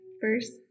first